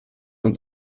und